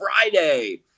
Friday